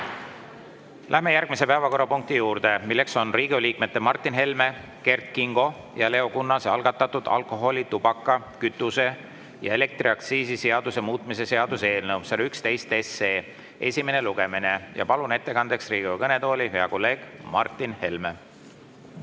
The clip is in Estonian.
Läheme järgmise päevakorrapunkti juurde. See on Riigikogu liikmete Martin Helme, Kert Kingo ja Leo Kunnase algatatud alkoholi‑, tubaka‑, kütuse‑ ja elektriaktsiisi seaduse muutmise seaduse eelnõu 111 esimene lugemine. Ja palun ettekandjaks Riigikogu kõnetooli hea kolleegi Martin Helme.